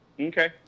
Okay